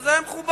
וזה היה מכובד.